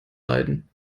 leiden